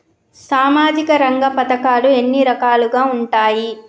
సామాజిక రంగ పథకాలు ఎన్ని రకాలుగా ఉంటాయి?